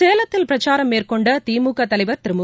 சேலத்தில் பிரச்சாரம் மேற்கொண்ட திமுக தலைவர் திரு மு